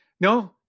no